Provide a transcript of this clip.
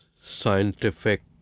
scientific